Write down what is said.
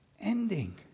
ending